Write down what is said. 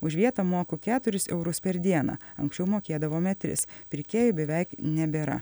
už vietą moku keturis eurus per dieną anksčiau mokėdavome tris pirkėjų beveik nebėra